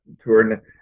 tour